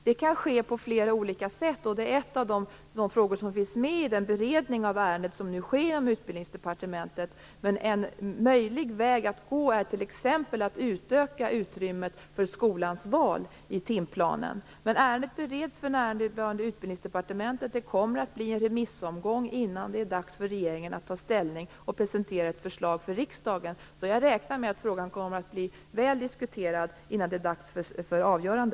Det kan ske på flera olika sätt, och det är en av de frågor som finns med i den beredning av ärendet som nu sker inom Utbildningsdepartementet. En möjlig väg att gå är t.ex. att utöka utrymmet för skolans val i timplanen. Men ärendet bereds för närvarande i Utbildningsdepartementet. Det kommer att bli en remissomgång innan det är dags för regeringen att ta ställning och presentera ett förslag för riksdagen, så jag räknar med att frågan kommer att bli väl diskuterad innan det är dags för avgörande.